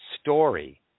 story